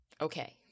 okay